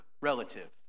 relative